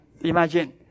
Imagine